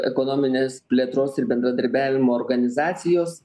ekonominės plėtros ir bendradarbiavimo organizacijos